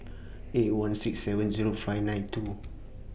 eight one six seven Zero five nine two